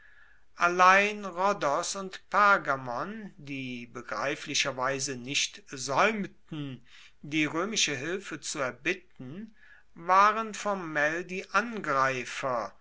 allein rhodos und pergamon die begreiflicherweise nicht saeumten die roemische hilfe zu erbitten waren formell die angreifer